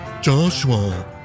Joshua